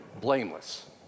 blameless